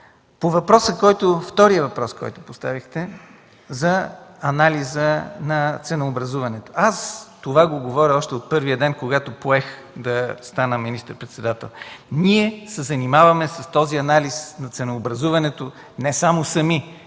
По втория въпрос, който поставихте – за анализа на ценообразуването – аз това го говоря още от първия ден, когато поех да стана министър-председател. Ние се занимаваме с този анализ на ценообразуването не само сами,